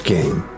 Game